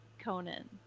Conan